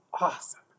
awesome